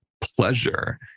pleasure